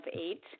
eight